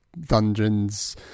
dungeons